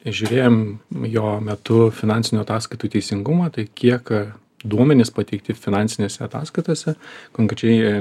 žiūrėjom jo metu finansinių ataskaitų teisingumą tai kiek duomenys pateikti finansinėse ataskaitose konkrečiai